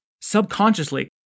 subconsciously